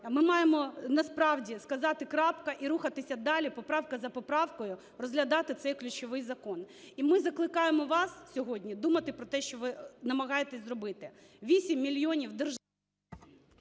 ми маємо насправді сказати крапка і рухатися далі, поправка за поправкою розглядати цей ключовий закон. І ми закликаємо вас сьогодні думати про те, що ви намагаєтесь зробити. 8 мільйонів...